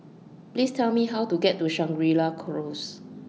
Please Tell Me How to get to Shangri La Close